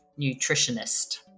Nutritionist